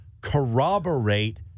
corroborate